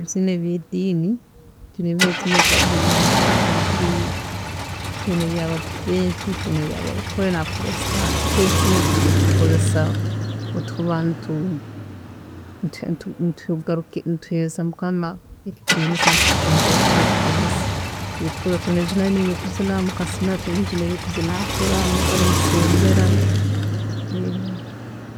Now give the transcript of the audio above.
﻿Ebizina eby’ediini, twiina ebizina ebikuba birugire omubakatoriki, twiina, eby'abadvent, twiina nebyabarokore naaba protestant. Itwe ebizina ebi tuba nitubikozesa obu tuba nitu, nitu nituheereza mukama ekitiinisa nitukimugaruurra ekitiinisa. Twi- twiina ebizina binu ebyokuzina mukasumi ako, nabinu ebyokuzina mpora nimusembrera.